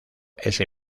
ese